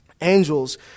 angels